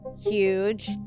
Huge